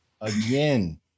Again